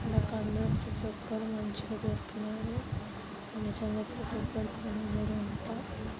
నాకందరూ ప్రతి ఒక్కరు మంచిగా దొరికినారు నిజంగా ప్రతీ ఒక్కరికి నేను రుణపడి ఉంటా